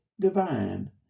divine